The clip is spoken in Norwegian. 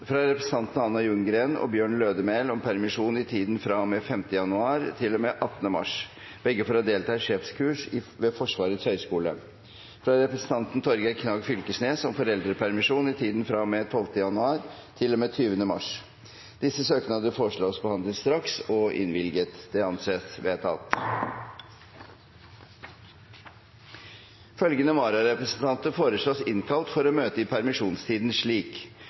fra representantene Anna Ljunggren og Bjørn Lødemel om permisjon i tiden fra og med 5. januar til og med 18. mars, begge for å delta i sjefskurs ved Forsvarets høgskole fra representanten Torgeir Knag Fylkesnes om foreldrepermisjon i tiden fra og med 12. januar til og med 20. mars Etter forslag fra presidenten ble enstemmig besluttet: Søknadene behandles straks og innvilges. Følgende vararepresentanter innkalles for å møte i permisjonstiden: